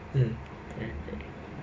mm correct correct